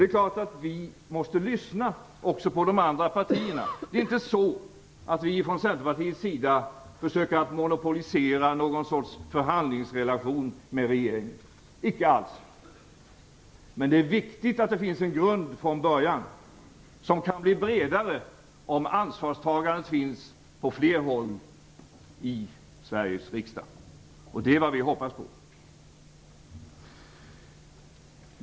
Det är klart att vi måste lyssna också på den andra partierna. Det är inte så att vi från Centerpartiet försöker monopolisera någon sorts förhandlingsrelation med regeringen, icke alls. Men det är viktigt att det finns en grund från början som kan bli bredare om ansvarstagande finns på fler håll i Sveriges riksdag. Det är vad vi hoppas på.